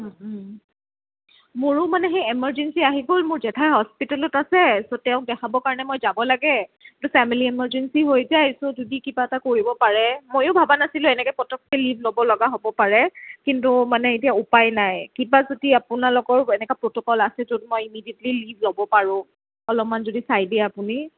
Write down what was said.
মোৰো মানে সেই এমাৰ্জেঞ্চি আহি গ'ল মোৰ জেঠাই হাস্পিতালত আছে চ' তেওঁক দেখাব কাৰণে মই যাব লাগে ফেমেলি ইমাৰ্জেঞ্চি হৈ যায় চ' যদি কিবা এটা কৰিব পাৰে মই ভবা নাছিলো এনেকৈ পটকৈ লীভ ল'ব লগা হ'ব পাৰে কিন্তু মই মানে এতিয়া উপায় নাই কিবা যদি আপোনালোকৰ এনেকুৱা প্ৰটকল আছে য'ত মই ইমি়ডিয়েটলি লীভ ল'ব পাৰো অলপমান যদি চাই দিয়ে আপুনি